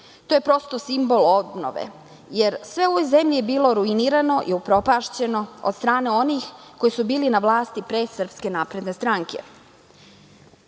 To je prosto simbol obnove, jer sve u ovoj zemlji je bilo ruinirano i upropašćeno od strane onih koji su bili na vlasti pre SNS.Kupljeni su